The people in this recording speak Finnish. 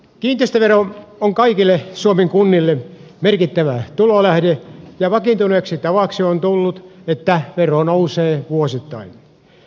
kiinteistövero on kaikille suomen kunnille merkittävä tulolähde ja vakiintuneeksi tavaksi on tullut että vero nousee vuosittain